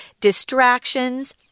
distractions